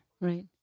Right